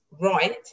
right